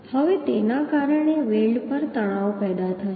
હવે તેના કારણે વેલ્ડ પર તણાવ પેદા થશે